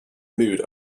mood